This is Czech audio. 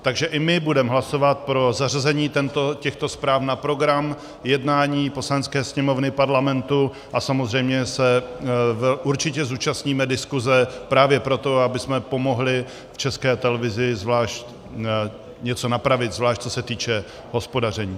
Takže i my budeme hlasovat pro zařazení těchto zpráv na program jednání Poslanecké sněmovny Parlamentu a samozřejmě se určitě zúčastníme diskuse, právě proto, abychom pomohli v České televizi něco napravit, zvlášť co se týče hospodaření.